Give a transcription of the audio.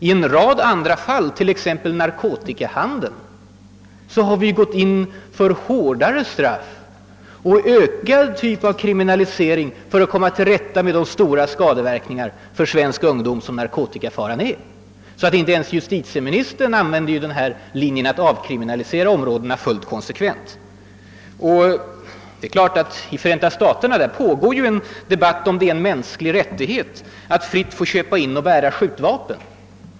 I en rad andra fall, t.ex. när det gäller narkotikahandeln, har vi gått in för hårdare straff och vidgad kriminalisering för att komma till rätta med de stora skadeverkningar för svensk ungdom som narkotikabruket medför. Inte ens justitieministern följer alltså konsekvent sin linje att avkriminalisera områdena. I Förenta staterna pågår en debatt om det är en mänsklig rättighet att fritt få köpa in och bära skjutvapen.